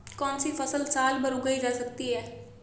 कौनसी फसल साल भर उगाई जा सकती है?